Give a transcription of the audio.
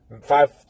five